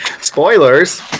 Spoilers